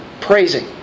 praising